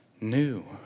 new